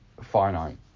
finite